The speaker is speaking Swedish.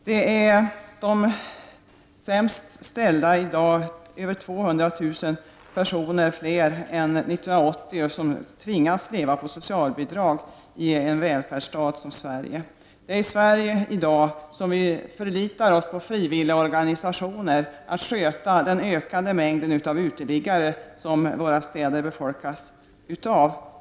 Det är de sämst ställda — i dag över 200 000 personer fler än 1980 — som tvingas att leva på socialbidrag i en välfärdsstat som Sverige. I Sverige förlitar vi oss i dag på frivilliga organisationer för att sköta den ökande mängden av uteliggare som våra städer befolkas av.